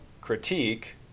critique